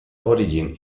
origin